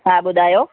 हा ॿुधायो